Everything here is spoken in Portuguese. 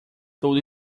tudo